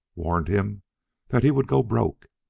warned him that he would go broke,